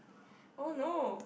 oh no